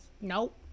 Nope